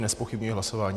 Nezpochybňuji hlasování.